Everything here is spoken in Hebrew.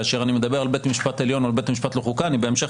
כאשר אני מדבר על בית המשפט העליון או על בית המשפט לחוקה אני בהמשך